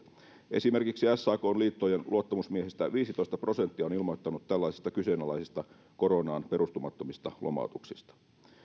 esimerkiksi sakn liittojen luottamusmiehistä viisitoista prosenttia on ilmoittanut tällaisista kyseenalaisista koronaan perustumattomista lomautuksista